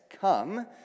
come